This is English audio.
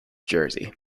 jersey